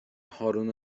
هارون